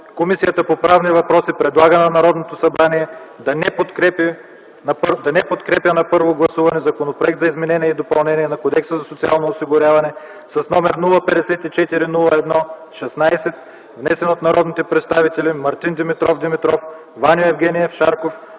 Комисията по правни въпроси предлага на Народното събрание да не подкрепи на първо гласуване Законопроект за изменение и допълнение на Кодекса за социално осигуряване, № 054-01-16, внесен от народните представители Мартин Димитров Димитров, Ваньо Евгениев Шарков,